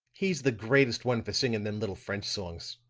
he's the greatest one for singing them little french songs.